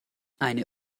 eine